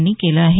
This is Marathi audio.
यांनी केलं आहे